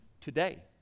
today